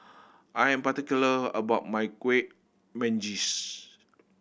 I am particular about my Kueh Manggis